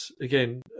again